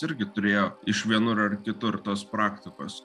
irgi turėjo iš vienur ar kitur tos praktikos